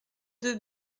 deux